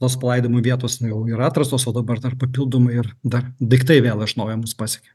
nors palaidojimų vietos jau ir atrastos o dabar dar papildomai ir dar daiktai vėl iš naujo mus pasiekė